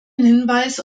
hinweis